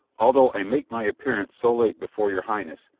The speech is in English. although i make my appearance so late before your highness,